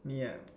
ya